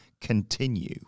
continue